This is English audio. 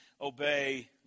obey